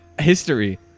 history